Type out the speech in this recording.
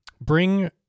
bring